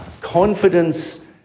confidence